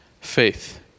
faith